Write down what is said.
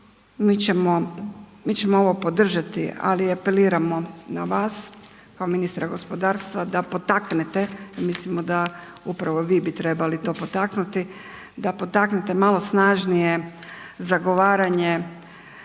Mi ćemo ovo podržati, ali apeliramo na vas kao ministra gospodarstva da potaknete jer mislimo da bi vi upravo trebali to potaknuti, da potaknete malo snažnije zagovaranje